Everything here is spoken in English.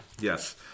Yes